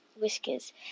whiskers